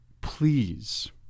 please